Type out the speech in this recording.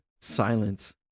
silence